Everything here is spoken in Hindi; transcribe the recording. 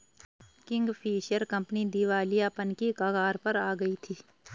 किंगफिशर कंपनी दिवालियापन की कगार पर आ गई थी